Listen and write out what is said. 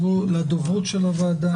לדוברות של הוועדה,